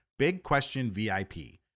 BIGQUESTIONVIP